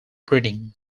breeding